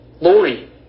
Lori